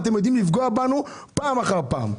אתם יודעים לפגוע בנו פעם אחר פעם.